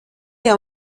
wir